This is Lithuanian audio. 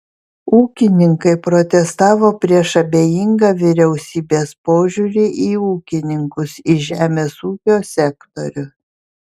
ūkininkai protestavo prieš abejingą vyriausybės požiūrį į ūkininkus į žemės ūkio sektorių